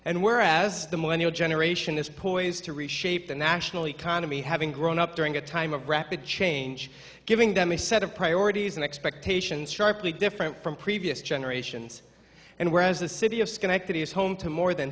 and whereas the millennium generation is poised to reshape the national economy having grown up during a time of rapid change giving them a set of priorities and expectations sharply different from previous generations and whereas the city of schenectady is home to more than